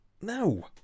no